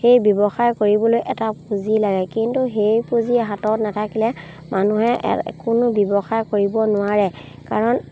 সেই ব্যৱসায় কৰিবলৈ এটা পুঁজি লাগে কিন্তু সেই পুঁজি হাতত নাথাকিলে মানুহে কোনো ব্যৱসায় কৰিব নোৱাৰে কাৰণ